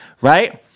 right